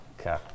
Okay